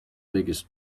biggest